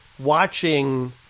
Watching